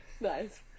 Nice